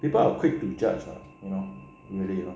people are quick to judge lah you know mainly lah